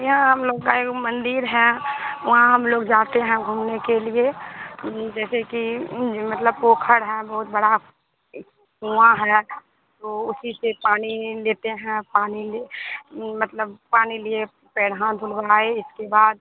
याँ हमलोग का एक गों मंदिर है वहाँ हमलोग जाते हैं घूमने के लिए जैसे की मतलब पोखर है बहुत बड़ा एक कुंआ है तो उसी से पानी लेते हैं पानी ले मतलब पानी लिए पैंर हाथ धुलवाए इसके बाद